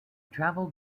traveled